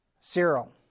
Cyril